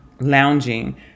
lounging